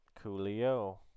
Coolio